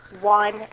one